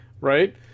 Right